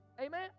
Amen